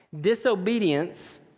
disobedience